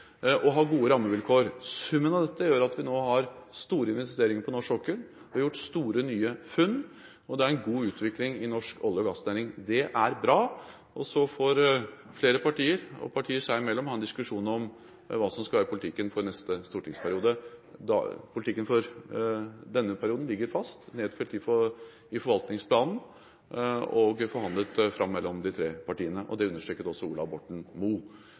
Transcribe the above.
å ha gode rammevilkår. Summen av dette gjør at vi nå har store investeringer på norsk sokkel, vi har gjort store, nye funn, og det er en god utvikling i norsk olje- og gassnæring. Det er bra, og så får flere partier og partier seg imellom ha en diskusjon om hva som skal være politikken for neste stortingsperiode. Politikken for denne perioden ligger fast – nedfelt i forvaltningsplanen og forhandlet fram mellom de tre partiene. Det understreket også Ola Borten